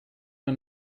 man